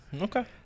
Okay